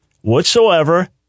whatsoever